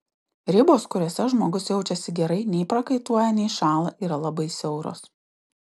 ribos kuriose žmogus jaučiasi gerai nei prakaituoja nei šąla yra labai siauros